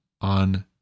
on